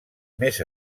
més